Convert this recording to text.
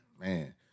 Man